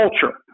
culture